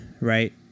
right